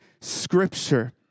Scripture